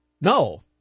No